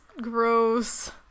gross